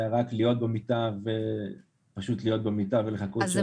שהיה רק להיות במיטה ולחכות שהזמן יעבור.